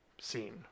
scene